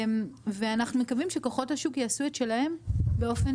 ואנחנו מקווים שכוחות השוק יעשו את שלהם באופן